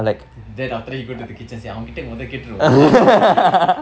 then after that he go to the kitchen and say அவன்கிட்ட முதல கேட்டுருக்குனும்:avankitta muthala kaetturukkunuum